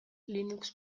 linux